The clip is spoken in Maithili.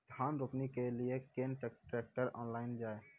धान रोपनी के लिए केन ट्रैक्टर ऑनलाइन जाए?